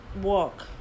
walk